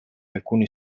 alcuni